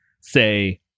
say